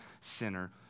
sinner